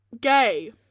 gay